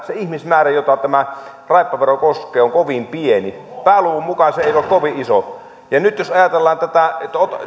se ihmismäärä jota tämä raippavero koskee on kovin pieni pääluvun mukaan se ei ole kovin iso nyt jos ajatellaan tätä että